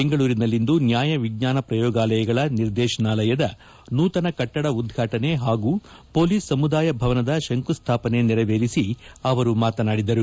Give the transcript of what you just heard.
ಬೆಂಗಳೂರಿನಲ್ಲಿಂದು ನ್ಯಾಯ ವಿಜ್ಞಾನ ಪ್ರಯೋಗಾಲಯಗಳ ನಿರ್ದೇಶನಾಲಯದ ನೂತನ ಕಟ್ಟಡ ಉದ್ವಾಟನೆ ಹಾಗೂ ಪೊಲೀಸ್ ಸಮುದಾಯ ಭವನದ ತಂಕುಸ್ಥಾಪನೆ ನೆರವೇರಿಸಿ ಅವರು ಮಾತನಾಡಿದರು